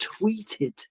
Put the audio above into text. tweeted